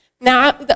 Now